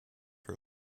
her